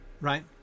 right